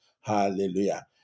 Hallelujah